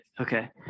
Okay